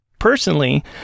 Personally